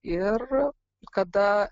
ir kada